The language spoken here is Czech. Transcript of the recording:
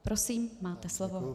Prosím, máte slovo.